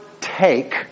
take